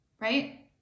right